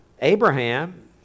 Abraham